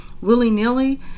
willy-nilly